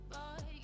Boy